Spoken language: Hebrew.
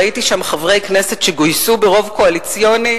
ראיתי שם חברי כנסת שגויסו ברוב קואליציוני,